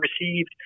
received